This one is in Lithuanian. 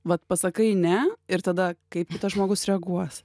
vat pasakai ne ir tada kaip kitas žmogus reaguos